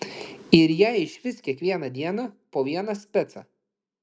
ir jai išvis kiekvieną dieną po vieną specą